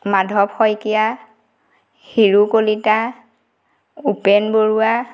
Madhav Saikia Hiro Kalita Upen Barua